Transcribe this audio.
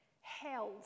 held